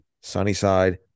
Sunnyside